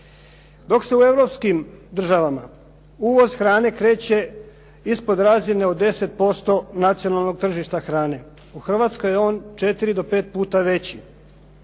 Dok se u europskim državama uvoz hrane kreće ispod razine od 10% nacionalnog tržišta hrane, u Hrvatskoj je on 4 do 5 puta veći,